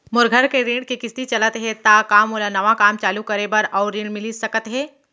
मोर घर के ऋण के किसती चलत हे ता का मोला नवा काम चालू करे बर अऊ ऋण मिलिस सकत हे?